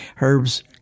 herbs